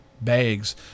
bags